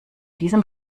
diesem